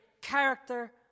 character